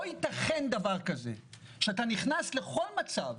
לא ייתכן דבר כזה שאתה נכנס לכל מצב,